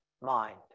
mind